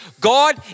God